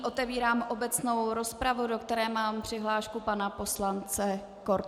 Otevírám obecnou rozpravu, do které mám přihlášku pana poslance Korteho.